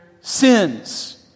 sins